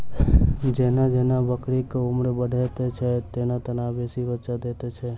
जेना जेना बकरीक उम्र बढ़ैत छै, तेना तेना बेसी बच्चा दैत छै